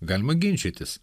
galima ginčytis